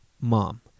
Mom